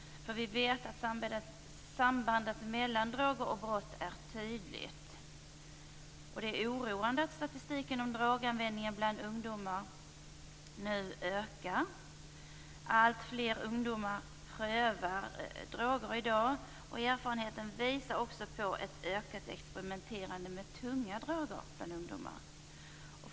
Vi vet att sambandet mellan droger och brott är tydligt. Statistiken som visar att droganvändningen bland ungdomar nu ökar är oroande. Alltfler ungdomar prövar droger i dag. Erfarenheten visar också på ett ökat experimenterande med tunga droger bland ungdomar.